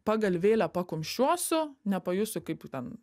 pagalvėlę pakumščiuosiu nepajusiu kaip ten